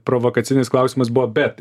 provokacinis klausimas buvo bet